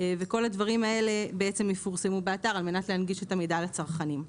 וכל הדברים האלה בעצם יפורסמו באתר על מנת להנגיש את המידע לצרכנים.